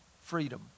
Freedom